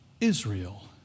Israel